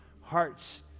hearts